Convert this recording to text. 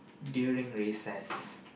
during recess